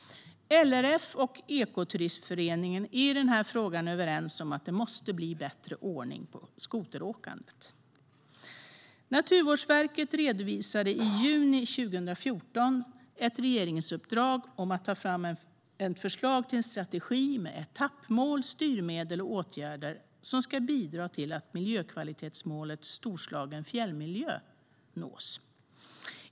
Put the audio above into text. LRF och Ekoturismföreningen är i den här frågan överens om att det måste bli bättre ordning på skoteråkandet. Naturvårdsverket redovisade i juni 2014 ett regeringsuppdrag om att ta fram förslag till en strategi med etappmål, styrmedel och åtgärder som ska bidra till att miljökvalitetsmålet Storslagen fjällmiljö nås.